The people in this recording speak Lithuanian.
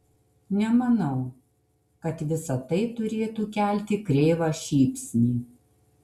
nemanau kad visa tai turėtų kelti kreivą šypsnį